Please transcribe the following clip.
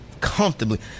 comfortably –